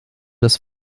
das